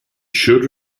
should